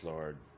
Lord